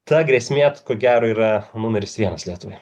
ta grėsmė ko gero yra numeris vienas lietuvoje